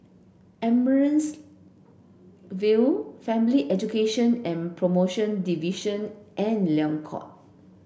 Amaryllis Ville Family Education and Promotion Division and Liang Court